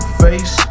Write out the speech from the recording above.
face